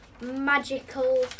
Magical